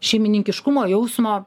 šeimininkiškumo jausmo